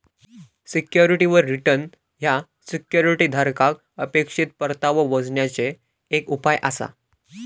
सिक्युरिटीवर रिटर्न ह्या सिक्युरिटी धारकाक अपेक्षित परतावो मोजण्याचे एक उपाय आसा